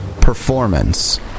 performance